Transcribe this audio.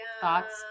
Thoughts